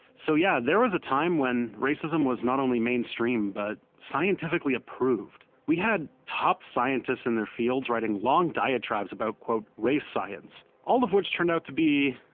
so yeah, there was a time where racism was not only mainstream but scientifically approved. we had top scientists in their fields writing long diatribes about race science all of which turned out to be,